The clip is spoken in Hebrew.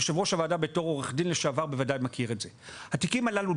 ויושב-ראש הוועדה בתור עורך דין לשעבר בוודאי מכיר את זה: התיקים הללו,